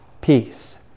peace